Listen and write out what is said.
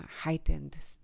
heightened